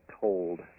told